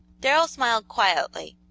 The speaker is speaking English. darrell smiled quietly,